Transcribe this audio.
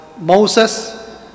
Moses